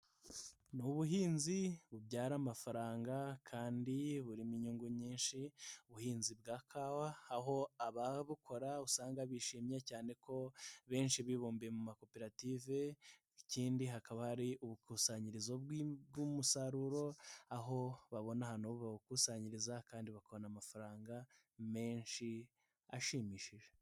Ni ubuhinzi bubyara amafaranga kandi burimo inyungu nyinshi ubuhinzi bwa kawa, aho ababukora usanga bishimye cyane ko benshi bibumbiye mu makoperative, ikindi hakaba ari ubukusanyirizo bw'umusaruro, aho babona ahantu bawukusanyiriza kandi bakabona amafaranga menshi ashimishije.